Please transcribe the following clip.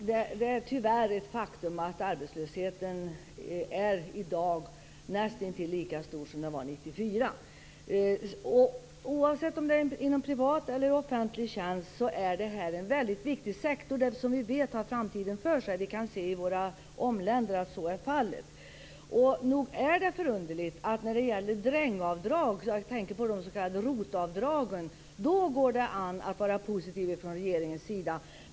Fru talman! Det är tyvärr ett faktum att arbetslösheten i dag är nästintill lika stor som den var 1994. Oavsett om det är inom privat eller offentlig tjänst är det en viktig sektor, som vi vet har framtiden för sig. Vi kan se i våra grannländer att så är fallet. Nog är det förunderligt att det när det gäller drängavdrag - jag tänker på de s.k. ROT-avdragen - går det an att vara positiv från regeringens sida.